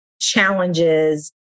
challenges